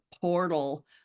portal